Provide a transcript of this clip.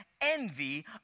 envy